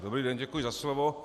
Dobrý den, děkuji za slovo.